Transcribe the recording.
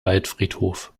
waldfriedhof